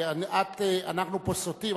אנחנו סוטים,